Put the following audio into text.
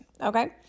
okay